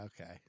okay